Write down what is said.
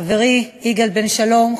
חברי יגאל בן-שלום,